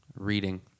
Reading